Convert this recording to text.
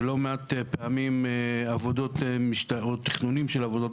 ולא מעט פעמים עבודות או תכנונים של עבודות